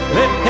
Let